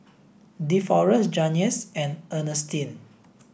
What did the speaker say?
Deforest Janyce and Ernestine